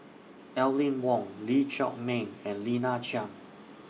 Aline Wong Lee Chiaw Meng and Lina Chiam